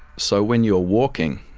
so when you're walking,